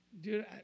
dude